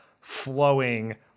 flowing